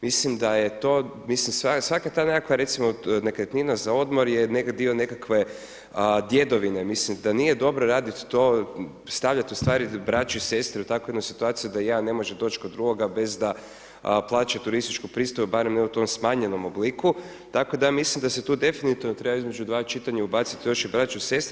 Mislim da je to, mislim, svaka ta nekakva recimo, nekretnina za odmor je dio nekakve djedovine, mislim da nije dobro raditi to, stavljat u stvari braću i sestre u takvu jednu situaciju da jedan ne može doć kod drugoga bez da plaćaju turističku pristojbu barem ne u tom smanjenom obliku, tako da ja mislim da se tu definitivno treba između dva čitanja ubacit još i braću i sestre.